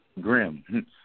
grim